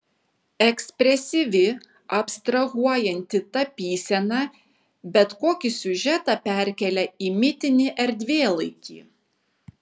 ekspresyvi abstrahuojanti tapysena bet kokį siužetą perkelia į mitinį erdvėlaikį